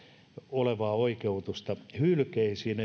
olevaa oikeutusta hylkeisiin